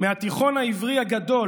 מהתיכון העברי הגדול